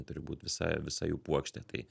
turi būt visa visa jų puokštė tai